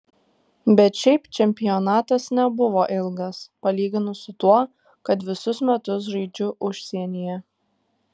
bet šiaip čempionatas nebuvo ilgas palyginus su tuo kad visus metus žaidžiu užsienyje